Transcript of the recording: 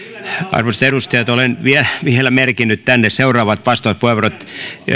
arvoisat edustajat olen vielä merkinnyt tänne seuraavat vastauspuheenvuorot